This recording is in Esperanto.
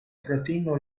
fratino